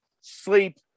Sleep